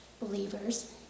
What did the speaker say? believers